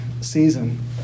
season